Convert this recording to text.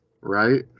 right